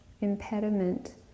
impediment